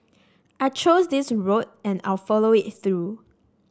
I chose this road and I'll follow it through